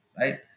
right